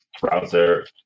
browser